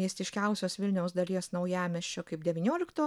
miestiškiausios vilniaus dalies naujamiesčio kaip devyniolikto